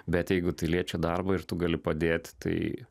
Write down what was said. bet jeigu tai liečia darbą ir tu gali padėt tai